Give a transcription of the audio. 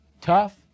Tough